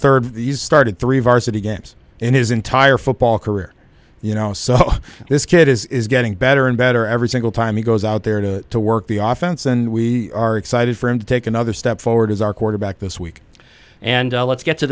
third started three varsity games in his entire football career you know so this kid is getting better and better every single time he goes out there to work the off chance and we are excited for him to take another step forward as our quarterback this week and let's get to